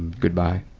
goodbye?